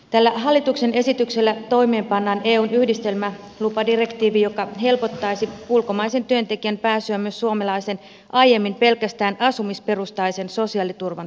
tällä hallituksen esityksellä toimeenpannaan eun yhdistelmälupadirektiivi joka helpottaisi ulkomaisen työntekijän pääsyä myös suomalaisen aiemmin pelkästään asumisperustaisen sosiaaliturvan piiriin